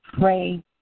pray